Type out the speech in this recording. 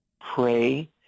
Pray